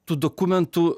tų dokumentų